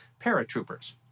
paratroopers